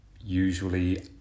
usually